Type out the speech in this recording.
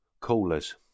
callers